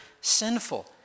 sinful